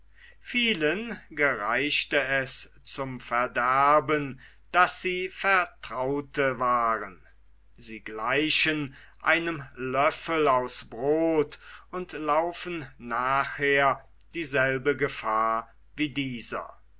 vielen gereichte es zum verderben daß sie vertraute waren sie gleichen einem löffel aus brod und laufen nachher dieselbe gefahr wie dieser